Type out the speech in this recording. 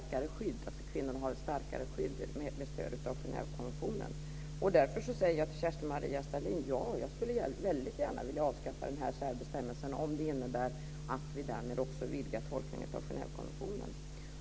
Kvinnor har ett starkare skydd med stöd av Genèvekonventionen. Därför säger jag till Kerstin-Maria Stalin att jag väldigt gärna skulle vilja avskaffa den här särbestämmelsen om det innebär att vi därmed också vidgar tolkningen av Genèvekonventionen.